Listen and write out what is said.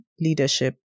leadership